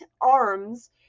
arms